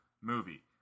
movie